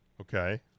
Okay